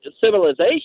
civilization